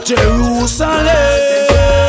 Jerusalem